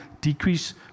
decrease